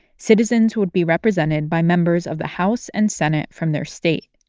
citizens who would be represented by members of the house and senate from their state.